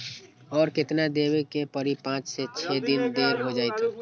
और केतना देब के परी पाँच से छे दिन देर हो जाई त?